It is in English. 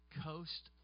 coast